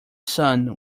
son